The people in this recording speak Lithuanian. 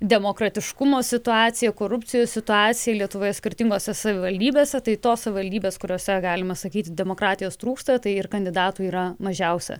demokratiškumo situaciją korupcijos situaciją lietuvoje skirtingose savivaldybėse tai tos savivaldybės kuriose galima sakyti demokratijos trūksta tai ir kandidatų yra mažiausia